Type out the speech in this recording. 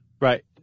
Right